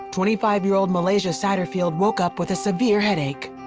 twenty five year old malaysia saterfield woke up with a severe headache.